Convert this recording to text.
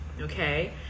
okay